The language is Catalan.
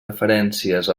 referències